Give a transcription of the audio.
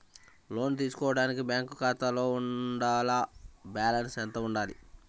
లోను తీసుకోవడానికి బ్యాంకులో ఖాతా ఉండాల? బాలన్స్ ఎంత వుండాలి?